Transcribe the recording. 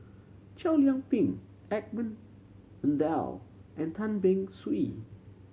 Chow Yian Ping Edmund Blundell and Tan Beng Swee